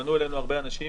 פנו אלינו הרבה אנשים,